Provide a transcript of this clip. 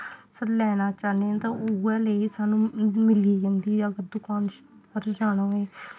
तुस लैना चाह्न्ने ऐ तां उ'ऐ लेई सानूं मिली जंदी ऐ अगर दकान पर जाना होए